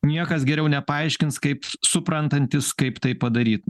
niekas geriau nepaaiškins kaip suprantantys kaip tai padaryt